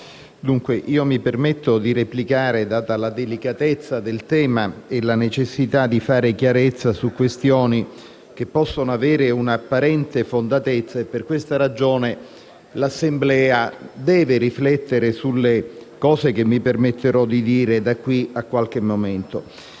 Presidente, mi permetto di replicare, data la delicatezza del tema e la necessità di fare chiarezza su questioni che possono avere una apparente fondatezza. Per questa ragione, l'Assemblea deve riflettere sui punti che mi permetterò di esporre da qui a qualche momento.